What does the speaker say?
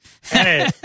Hey